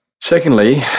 Secondly